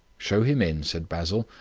show him in, said basil,